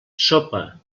sopa